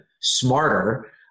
smarter